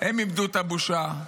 הם איבדו את הבושה,